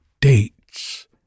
dates